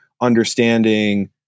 understanding